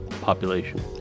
population